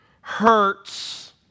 hurts